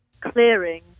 clearing